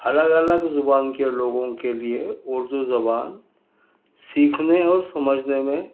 الگ الگ زبان کے لوگوں کے لئے اردو زبان سیکھنے اور سمجھنے میں